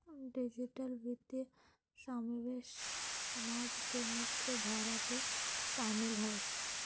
digital वित्तीय समावेश समाज के मुख्य धारा में शामिल हइ